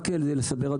רק לסבר את האוזן,